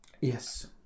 Yes